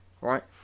right